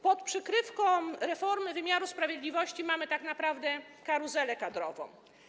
Pod przykrywką reformy wymiaru sprawiedliwości mamy tak naprawdę karuzelę kadrową.